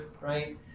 right